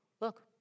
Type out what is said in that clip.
Look